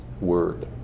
word